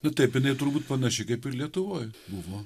nu taip jinai turbūt panaši kaip ir lietuvoj buvo